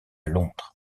londres